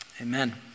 amen